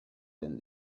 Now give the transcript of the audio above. than